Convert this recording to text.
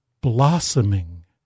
blossoming